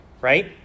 right